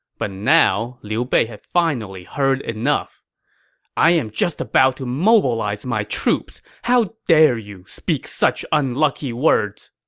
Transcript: but now, liu bei had finally heard enough i am just about to mobilize my troops. how dare you speak such unlucky words!